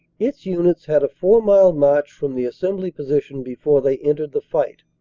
its units had a four-mile march from the assembly position before they entered the fight.